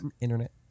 internet